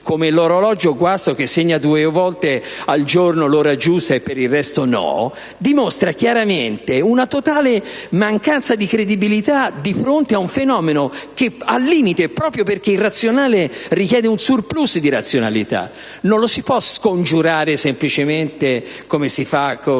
come l'orologio guasto che segna due volte al giorno l'ora giusta e per il resto no, dimostra chiaramente una totale mancanza di credibilità di fronte ad un fenomeno che al limite, proprio perché irrazionale, richiede un *surplus* di razionalità, non lo si può scongiurare semplicemente come si fa con